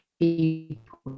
people